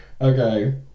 Okay